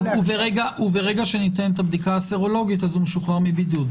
וברגע שניתן את הבדיקה הסרולוגית הוא משוחרר מבידוד,